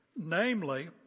namely